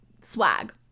swag